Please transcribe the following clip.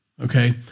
okay